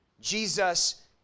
Jesus